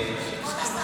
שומר על הילד הפוגע.